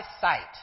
sight